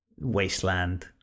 wasteland